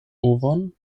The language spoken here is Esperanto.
ovon